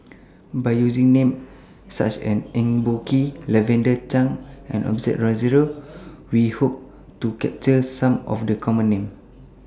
By using Names such as Eng Boh Kee Lavender Chang and Osbert Rozario We Hope to capture Some of The Common Names